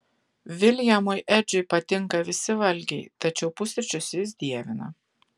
viljamui edžiui patinka visi valgiai tačiau pusryčius jis dievina